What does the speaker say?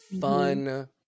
fun